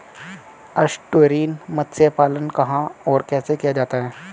Estuarine मत्स्य पालन कहां और कैसे किया जाता है?